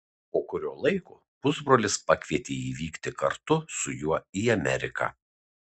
po kurio laiko pusbrolis pakvietė jį vykti kartu su juo į ameriką